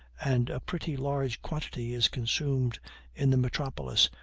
and a pretty large quantity is consumed in the metropolis,